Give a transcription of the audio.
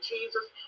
Jesus